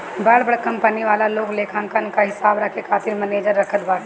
बड़ बड़ कंपनी वाला लोग लेखांकन कअ हिसाब रखे खातिर मनेजर रखत बाटे